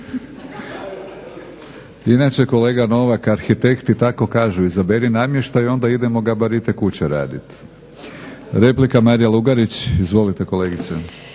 Inače kolega Novak arhitekti tako kažu, izaberi namještaj onda idemo gabarite kuće raditi. Replika Marija Lugarić, izvolite kolegice.